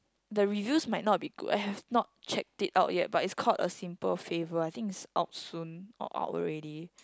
the reviews might not be good I have not checked it out yet but is called a Simple Favor I think is out soon or out already